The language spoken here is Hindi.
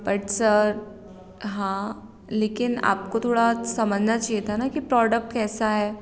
बट सर हाँ लेकिन आपको थोड़ा समझना चाहिए था ना कि प्रॉडक्ट कैसा है